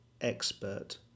expert